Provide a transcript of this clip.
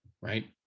right